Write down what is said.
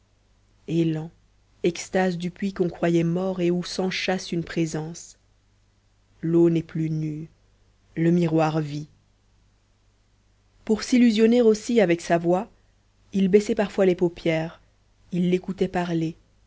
élan extase du puits qu'on croyait mort et où s'enchâsse une présence l'eau n'est plus nue le miroir vit pour s'illusionner aussi avec sa voix il baissait parfois les paupières il l'écoutait parler